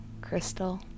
crystal